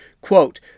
Quote